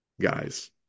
guys